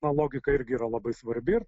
na logika irgi yra labai svarbi